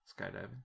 skydiving